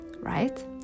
right